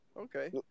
Okay